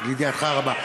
אז לידיעתך הרבה.